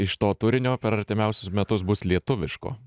iš to turinio per artimiausius metus bus lietuviško